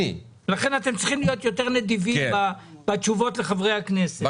לכן אתם צריכים להיות יותר נדיבים בתשובות לחברי הכנסת.